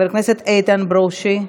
חבר הכנסת איתן ברושי,